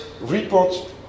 report